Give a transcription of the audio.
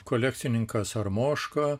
kolekcininkas armoška